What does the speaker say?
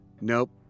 Nope